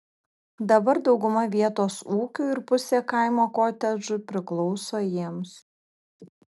dabar dauguma vietos ūkių ir pusė kaimo kotedžų priklauso jiems